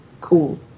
cool